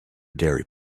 diary